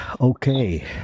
Okay